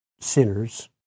sinners